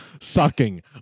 Sucking